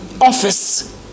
office